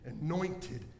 anointed